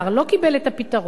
לא קיבל את הפתרון.